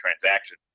transaction